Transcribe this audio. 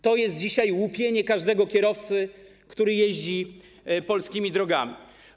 To jest dzisiaj łupienie każdego kierowcy, który jeździ polskimi drogami.